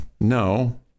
no